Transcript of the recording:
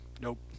Nope